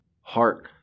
heart